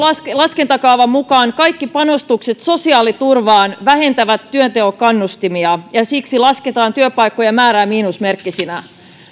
laskentakaavan mukaan kaikki panostukset sosiaaliturvaan vähentävät työnteon kannustimia ja siksi lasketaan työpaikkojen määrä miinusmerkkisenä jos